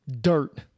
Dirt